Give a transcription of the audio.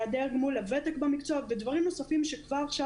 היעדר גמול הוותק במקצוע ודברים נוספים שכבר עכשיו